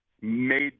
Made